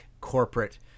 corporate